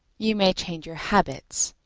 you may change your habits,